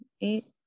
eight